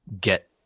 get